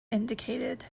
indicated